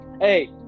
hey